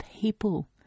people